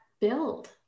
build